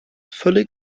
völlig